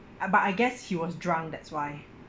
ah but I guess he was drunk that's why